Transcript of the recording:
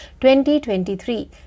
2023